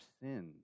sin